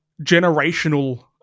generational